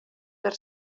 per